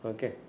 Okay